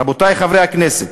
רבותי חברי הכנסת,